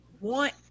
want